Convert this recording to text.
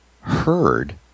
heard